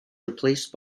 replaced